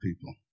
people